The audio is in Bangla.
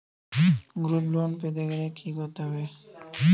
গ্রুপ লোন পেতে গেলে কি করতে হবে?